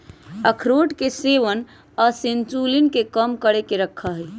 अखरोट के सेवन इंसुलिन के कम करके रखा हई